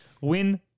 win